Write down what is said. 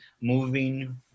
moving